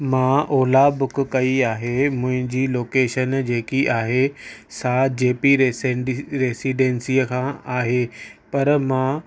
मां ओला बुक कई आहे मुंहिंजी लोकेशन जेकी आहे सात जेपी रेसीडेंसीअ खां आहे पर मां